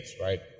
right